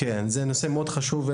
זה נושא מאוד חשוב.